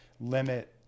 limit